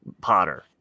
potter